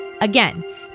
Again